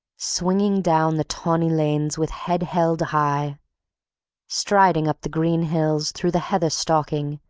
swinging down the tawny lanes with head held high striding up the green hills, through the heather stalking,